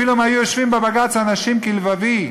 אפילו אם היו יושבים בבג"ץ אנשים כלבבי,